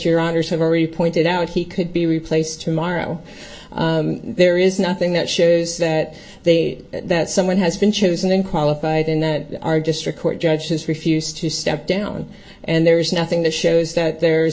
your honour's have already pointed out he could be replaced tomorrow there is nothing that shows that they that someone has been chosen qualified and that our district court judge has refused to step down and there is nothing that shows that there